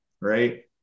right